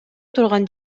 турган